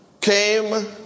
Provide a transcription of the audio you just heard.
came